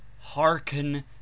Hearken